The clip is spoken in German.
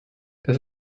das